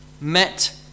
met